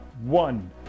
one